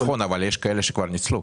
נכון, אבל יש כאלה שכבר ניצלו.